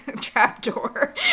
trapdoor